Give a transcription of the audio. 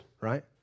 right